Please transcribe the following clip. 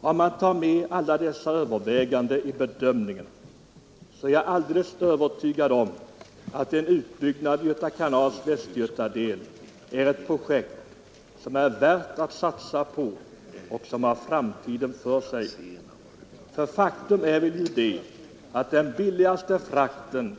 Om man tar med alla dessa överväganden i bedömningen är jag alldeles övertygad om att en utbyggnad av Göta kanals västgötadel visar sig vara ett projekt som är värt att satsa på och som har framtiden för sig. Faktum är ju att den billigaste frakten